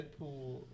Deadpool